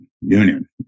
Union